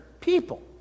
people